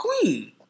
queen